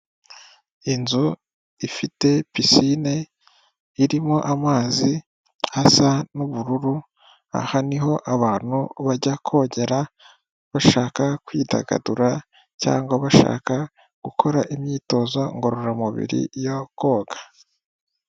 Inzu ifite pisine irimo amazi asa n'ubururu, aha niho abantu bajya kogera bashaka kwidagadura cyangwa bashaka gukora imyitozo ngororamubiri yo koga.